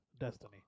Destiny